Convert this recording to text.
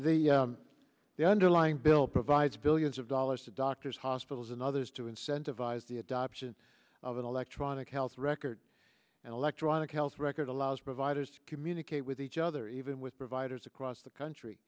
the the underlying bill provides billions of dollars to doctors hospitals and others to incentivize the adoption of an electronic health record and electronic health record allows providers to communicate with each other even with providers across the country